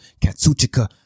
Katsuchika